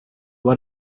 what